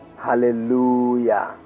Hallelujah